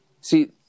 see